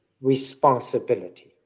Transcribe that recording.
responsibility